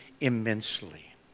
immensely